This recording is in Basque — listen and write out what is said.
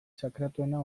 sakratuena